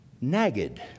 nagged